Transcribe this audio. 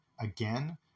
again